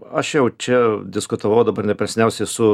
aš jau čia diskutavau dabar ne per seniausiai su